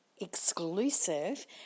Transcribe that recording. exclusive